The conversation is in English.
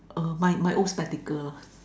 err my my old spectacle lah